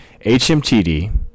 HMTD